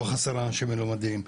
לא חסר אנשים מלומדים,